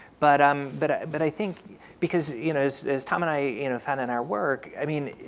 but um but but i think because you know as tom and i you know found in our work i mean,